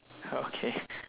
okay